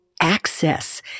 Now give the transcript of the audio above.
access